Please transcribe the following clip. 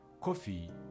coffee